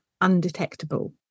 undetectable